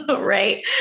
Right